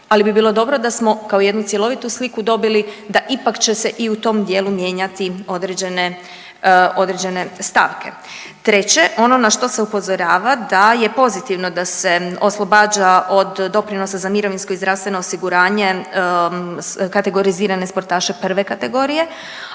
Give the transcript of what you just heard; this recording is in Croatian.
ali bi bilo dobro da smo kao jednu cjelovitu sliku dobili da ipak će se i u tom dijelu mijenjati određene, određene stavke. Treće, ono na što se upozorava da je pozitivno da se oslobađa od doprinosa za mirovinsko i zdravstveno osiguranje kategorizirane sportaše prve kategorije,